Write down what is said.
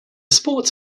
sports